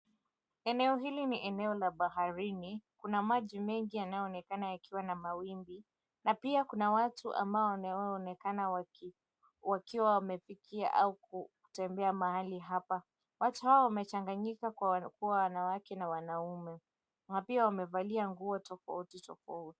Eneo hili ni eneo la baharini; kuna maji mengi yanayoonekana yakiwa na mawimbi, na pia kuna watu ambao wanaonekana wakiwa wamepitia au kutembea mahali hapa. Watu hawa wamechanganyika kwa kuwa wanawake na wanaume, na pia wamevalia nguo tofauti tofauti.